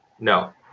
No